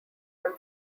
him